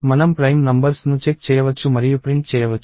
మనం prime numbers ను check చేయవచ్చు మరియు ప్రింట్ చేయవచ్చు